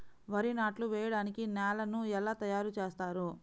వరి నాట్లు వేయటానికి నేలను ఎలా తయారు చేస్తారు?